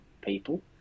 people